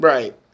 Right